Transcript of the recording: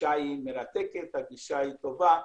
הגישה מרתקת וטובה,